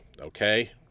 okay